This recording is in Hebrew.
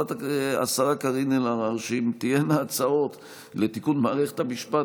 השרה קארין אלהרר: אם תהיינה הצעות לתיקון מערכת המשפט,